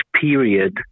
period